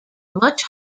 much